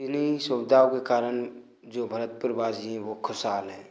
इन्हीं सुविधाओं के कारण जो भरतपुर वासी हैं वो खुशहाल हैं